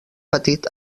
petit